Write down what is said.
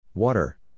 Water